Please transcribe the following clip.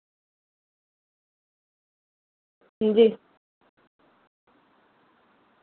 हांजी